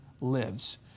lives